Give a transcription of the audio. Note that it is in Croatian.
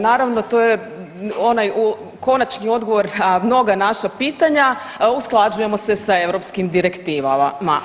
Naravno to je onaj konačni odgovor na mnoga naša pitanja, usklađujemo se sa europskim direktivama.